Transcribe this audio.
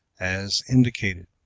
as indicated,